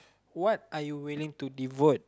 what are you willing to devote